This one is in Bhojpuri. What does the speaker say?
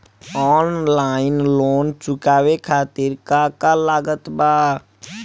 ऑनलाइन लोन चुकावे खातिर का का लागत बा?